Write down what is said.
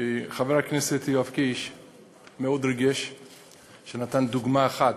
חבר הכנסת יואב קיש ריגש מאוד כשנתן דוגמה אחת,